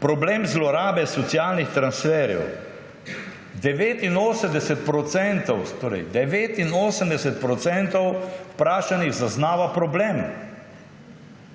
Problem zlorabe socialnih transferjev: 89 %, torej 89 % vprašanih zaznava problem.